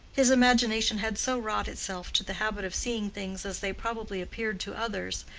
his imagination had so wrought itself to the habit of seeing things as they probably appeared to others,